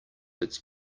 its